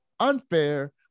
unfair